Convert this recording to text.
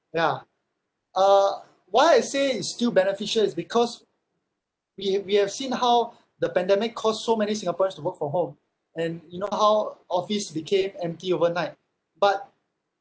ya uh why I say it's still beneficial is because we we have seen how the pandemic caused so many singaporeans to work from home and you know how office became empty overnight but